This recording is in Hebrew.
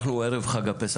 אנחנו ערב חג הפסח,